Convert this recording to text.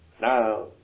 now